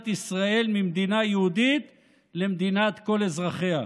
ישראל ממדינה יהודית למדינת כל אזרחיה?